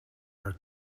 her